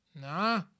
Nah